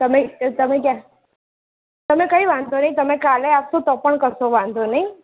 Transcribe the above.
તમે તમે તમે ક્યાં કંઈ વાંધો નહીં તમે કાલે આપશો તો પણ કશો વાંધો નહીં